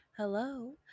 Hello